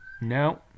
No